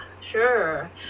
sure